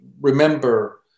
remember